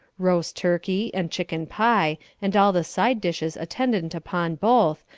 roast turkey, and chicken-pie, and all the side dishes attendant upon both,